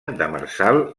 demersal